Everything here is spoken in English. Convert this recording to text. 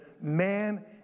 man